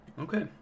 Okay